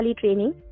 training